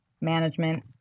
management